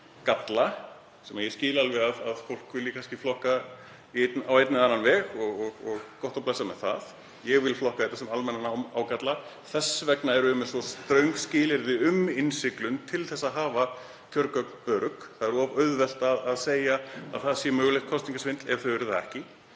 galla, sem ég skil alveg að fólk vilji kannski flokka á einn eða annan veg, gott og blessað með það, ég vil flokka þetta sem almennan ágalla. Þess vegna erum við með svo ströng skilyrði um innsiglun til að hafa kjörgögn örugg. Það er of auðvelt að segja að það sé mögulegt kosningasvindl ef þau eru það ekki.